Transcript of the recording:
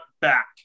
back